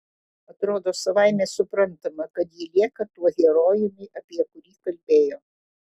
atrodo savaime suprantama kad ji lieka tuo herojumi apie kurį kalbėjo